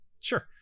sure